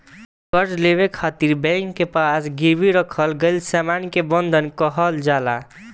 कर्जा लेवे खातिर बैंक के पास गिरवी रखल गईल सामान के बंधक कहल जाला